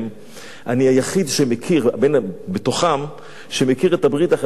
אני היחיד מתוכם שמכיר את הברית החדשה מבפנים.